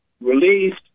released